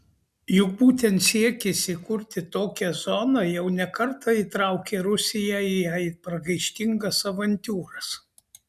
juk būtent siekis įkurti tokią zoną jau ne kartą įtraukė rusiją į jai pragaištingas avantiūras